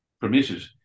permitted